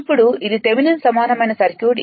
ఇప్పుడు అది థెవెనిన్ సమానమైన సర్క్యూట్